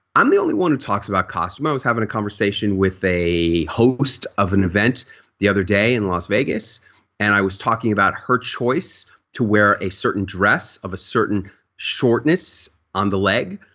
i'm the only one who talks about costume. i was having a conversation with a host of an event the other day in las vegas and i was talking about her choice to wear a certain dress of a certain shortness on the leg.